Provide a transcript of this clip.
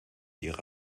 ihre